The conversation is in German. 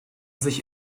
sich